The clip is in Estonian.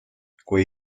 kui